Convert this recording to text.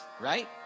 right